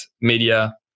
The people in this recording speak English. media